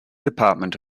department